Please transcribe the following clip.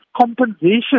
compensation